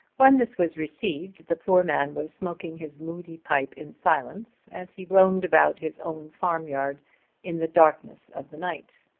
when this was received the poor man was smoking his moody pipe in silence as he roamed about his own farmyard in the darkness of the night.